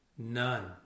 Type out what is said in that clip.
None